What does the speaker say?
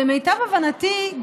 למיטב הבנתי,